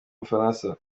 bufaransa